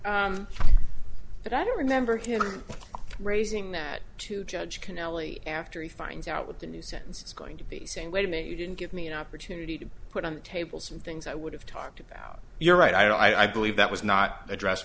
but i don't remember him raising that to judge conelly after he finds out what the new sentence is going to be saying wait a minute you didn't give me an opportunity to put on the table some things i would have talked about your right i believe that was not addressed